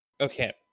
Okay